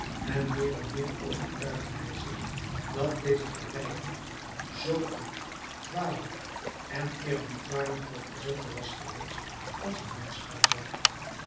en meer en meer overtuigde hij zich dat deze galeiboef zoo goed vaderlijk en eerbiedwaardig voor cosette was geweest als een mensch zijn